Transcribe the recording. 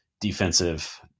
defensive